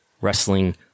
Wrestling